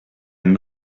même